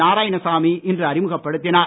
நாராயணசாமி இன்று அறிமுகப்படுத்தினார்